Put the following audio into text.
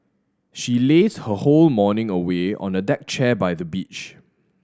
she lazed her whole morning away on a deck chair by the beach